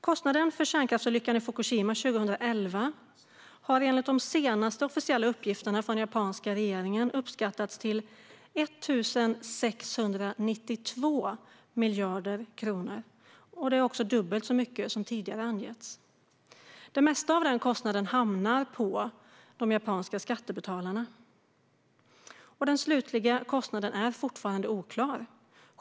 Kostnaden för kärnkraftsolyckan i Fukushima 2011 har enligt de senaste officiella uppgifterna från den japanska regeringen uppskattats till 1 692 miljarder kronor. Det är dubbelt så mycket som tidigare har angetts. Det mesta av kostnaden hamnar hos de japanska skattebetalarna, och den slutliga kostnaden är fortfarande oklar.